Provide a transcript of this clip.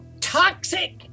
toxic